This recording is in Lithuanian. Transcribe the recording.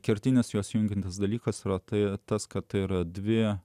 kertinis juos jungiantis dalykas yra tai tas kad yra dvi